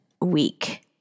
week